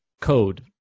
code